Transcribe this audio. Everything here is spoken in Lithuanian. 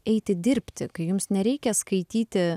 eiti dirbti kai jums nereikia skaityti